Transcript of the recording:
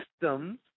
systems